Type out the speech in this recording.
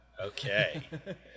Okay